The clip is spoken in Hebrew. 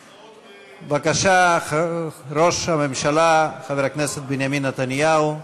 בבקשה, ראש הממשלה חבר הכנסת בנימין נתניהו,